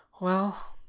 Well